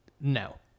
No